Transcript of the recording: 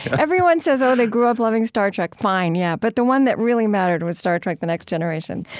everyone says, oh, they grew up loving star trek. fine, yeah. but the one that really mattered was star trek the next generation.